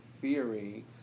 theory